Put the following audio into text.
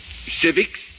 Civics